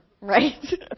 right